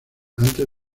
antes